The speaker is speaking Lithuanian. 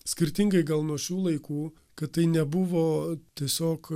skirtingai gal nuo šių laikų kad tai nebuvo tiesiog